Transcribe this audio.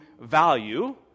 value